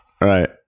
right